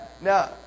Now